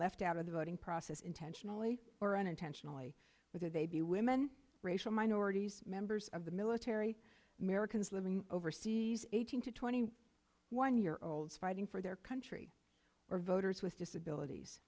left out of the voting process intentionally or unintentionally with a baby women racial minorities members of the military americans living overseas eighteen to twenty one year olds fighting for their country or voters with disabilities